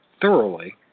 thoroughly